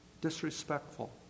disrespectful